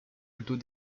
plutôt